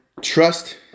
Trust